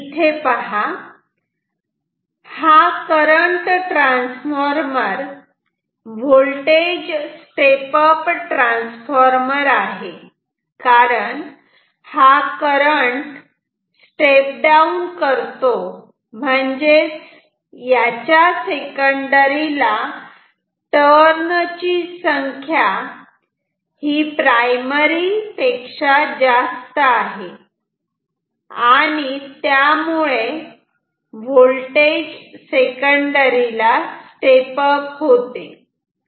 आधी इथे पहा हा current transformer voltage step up transformer आहे कारण हा करंट स्टेप डाउन करतो म्हणजेच याच्या सेकंडरी ला टर्न ची संख्या ही प्रायमरी पेक्षा जास्त आहे आणि त्यामुळे व्होल्टेज सेकंडरी ला स्टेप अप होते